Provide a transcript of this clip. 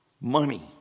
money